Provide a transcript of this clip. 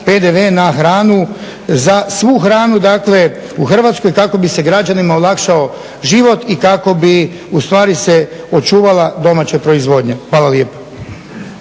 na hranu, za svu hranu dakle u Hrvatskoj kako bi se građanima olakšao život i kako bi ustvari se očuvala domaća proizvodnja. Hvala lijepa.